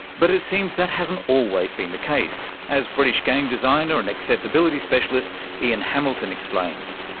but it seems that hasn't always been the case, as british game designer and accessibility specialist ian hamilton explains.